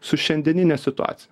su šiandienine situacija